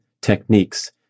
techniques